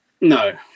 No